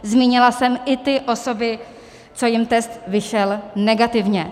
Zmínila jsem i ty osoby, co jim test vyšel negativně.